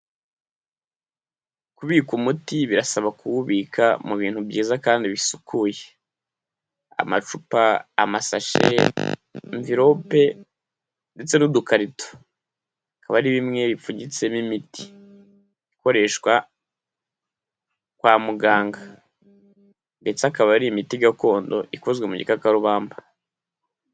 Kubika umuti birasaba kuwubika mu bintu byiza kandi bisukuye. Amacupa, amasashe, mvirope ndetse n'udukarito. Bikaba ari bimwe bipfunyitsemo imiti ikoreshwa kwa muganga ndetse ikaba ari imiti gakondo ikozwe mu gikakarubamba,